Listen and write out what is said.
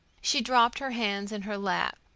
she dropped her hands in her lap.